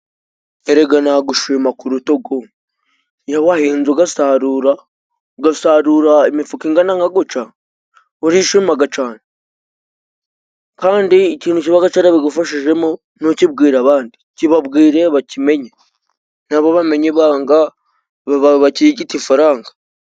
Erega nagushima ku rutugu, iyo wahinze ugasarura. Ugasarura imifuka ingana nka guca urishimaga cane. Kandi icintu kibaga carabigufashijemo ntukibwire abandi. Kibabwire bakimenye nabo bamenye ibanga bakirigite ifaranga.